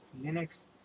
Linux